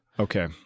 Okay